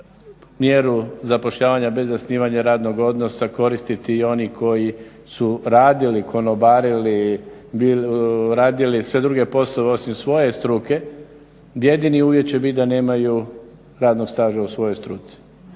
mjeru zapošljavanja bez zasnivanja radnog odnosa koristiti i oni koji su radili, konobarili, radili sve druge poslove osim svoje struke, jedini uvjet će biti da nemaju radnog staža u svojoj struci.